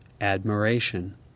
admiration